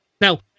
Now